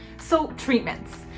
so treatments.